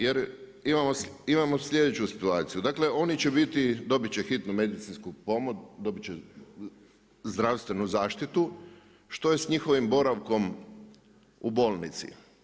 Jer imamo sljedeću situaciju, dakle oni će biti, dobiti će hitnu medicinsku pomoć, dobiti će zdravstvenu zaštitu, što je s njihovim boravkom u bolnici?